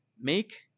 make